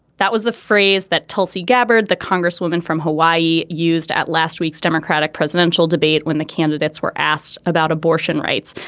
that was the phrase that tulsi gabbard the congresswoman from hawaii used at last week's democratic presidential debate when the candidates were asked about abortion rights.